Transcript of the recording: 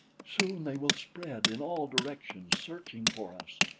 soon they will spread in all directions searching for us.